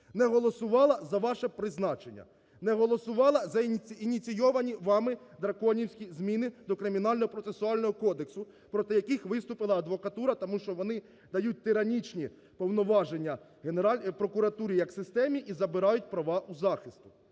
не голосувала за ваше призначення. Не голосувала за ініційовані вами драконівські зміни до Кримінально-процесуального кодексу, проти яких виступила адвокатура, тому що вони дають тиранічні повноваження прокуратурі як системі і забирають права у захисту.